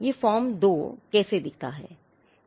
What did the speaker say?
यह फॉर्म 2 कैसे दिखता है